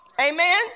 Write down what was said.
Amen